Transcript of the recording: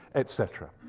etc.